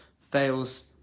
fails